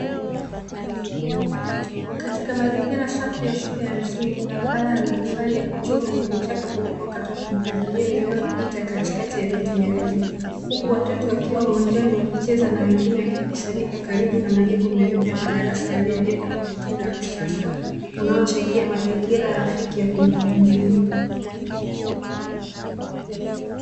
Katika mazingira safi ya shule ya msingi, barabara ya matofali ya kuchoma yenye vichaka vilivyokatwa kwa mpangilio inayopita katikati ya miti mirefu, huku watoto wakiwa uwanjani wakicheza na wengine wakikusanyika karibu na majengo meupe ya madarasa yaliyojengwa kwa mtindo wa kisasa unaochangia mazingira rafiki ya kujifunzia.